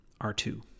R2